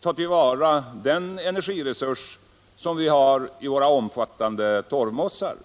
ta till vara den energiresurs som vi har i våra omfattande torvmossar.